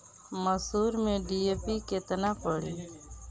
मसूर में डी.ए.पी केतना पड़ी?